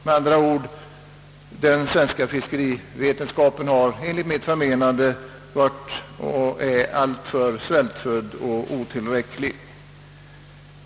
Med andra ord: den svenska fiskeriforskningen har enligt mitt förmenande varit och är alltför svältfödd och otillräcklig.